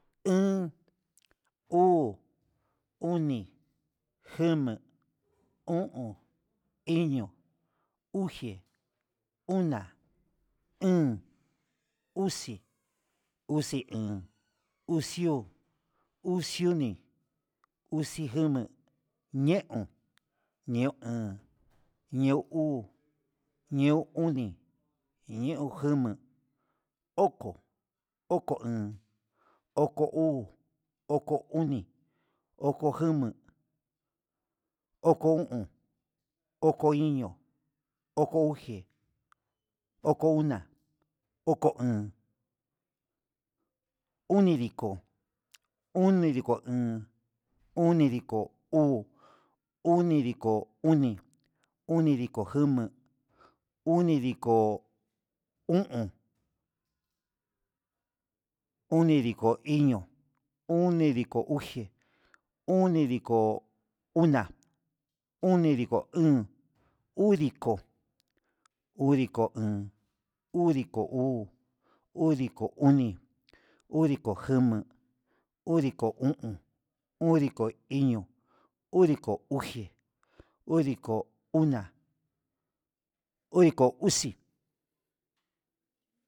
Iin, uu, oni, jama, o'on, iño, uxe, ona, een, uxi, uxi on, uxiu, uxioni, uxijoma, ñeon, ñeo'on, ñeu uu, ñeu oni, ñeon jama, oko, oko o'on, oko uu, oko oni, oko joma, oko o'on, oko iño, oko uje, oko ona oko o'on, unidiko, unidiko o'on, oniiko uu, unidiko, oni, onidiko o'on, nidiko iño, unidiko uje, unidiko ona, onidiko jin, udiko udiko jun, udiko uu, udiko oni, udiko jema'a, udiko o'on, udiko iño, udiko ujé, udiko ona, udiko uxi.